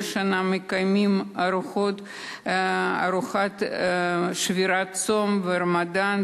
כל שנה מקיימים ארוחות שבירת צום ברמדאן,